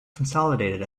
consolidated